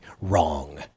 wrong